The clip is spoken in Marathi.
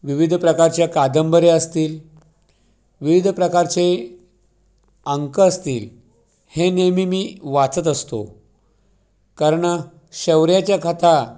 विविध प्रकारच्या कादंबऱ्या असतील विविध प्रकारचे अंक असतील हे नेहमी मी वाचत असतो कारण शौर्याच्या कथा